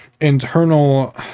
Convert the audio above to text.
internal